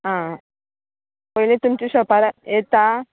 आं पयली तुमच्या शोपार येता